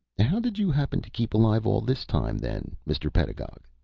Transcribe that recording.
how did you happen to keep alive all this time then, mr. pedagog?